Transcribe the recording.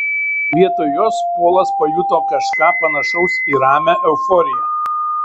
vietoj jos polas pajuto kažką panašaus į ramią euforiją